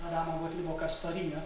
adamo gotlibo kasparinio